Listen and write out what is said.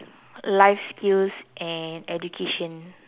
life skills and education